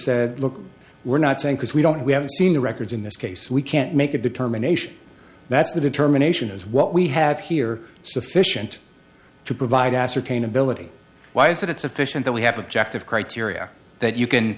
said look we're not saying because we don't we haven't seen the records in this case we can't make a determination that's the determination is what we have here sufficient to provide ascertain ability why is it sufficient that we have objective criteria that you can